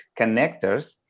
connectors